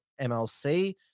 mlc